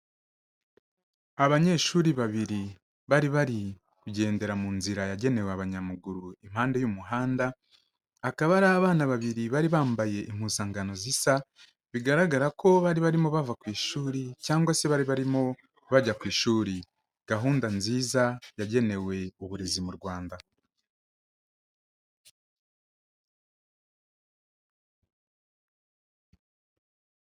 Abanyeshuri babiri bari bari kugendera mu nzira yagenewe abanyamaguru impande y'umuhanda, akaba ari abana babiri bari bambaye impuzangano zisa, bigaragara ko bari barimo bava ku ishuri cyangwa se bari barimo bajya ku ishuri. Gahunda nziza yagenewe uburezi mu Rwanda.